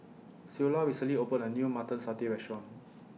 Ceola recently opened A New Mutton Satay Restaurant